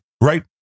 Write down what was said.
Right